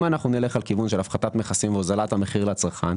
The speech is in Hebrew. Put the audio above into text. אם אנחנו נלך על כיוון של הפחתת מכסים והוזלת המחיר לצרכן,